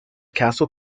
castle